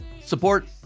support